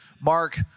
Mark